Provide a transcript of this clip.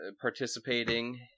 participating